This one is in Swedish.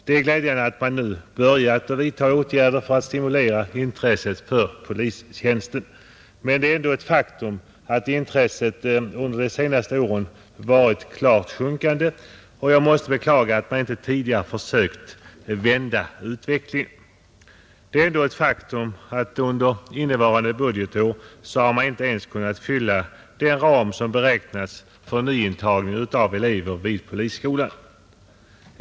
Det är glädjande att man nu börjat vidta åtgärder för att stimulera intresset för polistjänsten, men det är ändå ett faktum att intresset under de senaste åren varit klart sjunkande, och jag måste beklaga att man inte tidigare försökt vända utvecklingen. Under innevarande budgetår har man inte ens kunnat fylla den ram som beräknats för nyintagning av elever vid polisskolan.